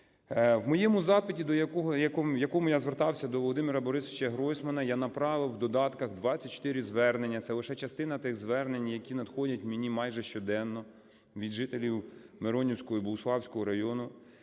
У моєму запиті, в якому я звертався до Володимира Борисовича Гройсмана, я направив у додатках 24 звернення, це лише частина тих звернень, які надходять мені майже щоденно від жителів Миронівського і Богуславського районів,